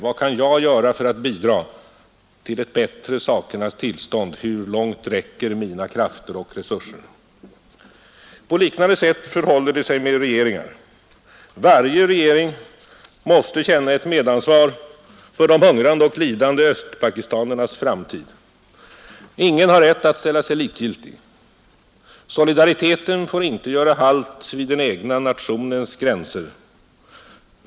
Vad kan jag göra för att bidra till ett bättre sakernas tillstånd? Hur långt räcker mina krafter och resurser? På liknande sätt förhåller det sig med regeringar. Varje regering måste känna ett medansvar för de hungrande och lidande östpakistanernas framtid. Ingen har rätt att ställa sig likgiltig. Solidariteten får inte göra halt vid den egna nationens gränser.